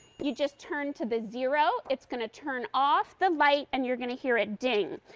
you just turn to the zero. it's going to turn off the light and you're going to hear it ding.